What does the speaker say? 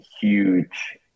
huge